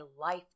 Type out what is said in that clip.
life